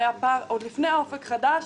עוד לפני ה"אופק חדש",